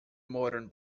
modern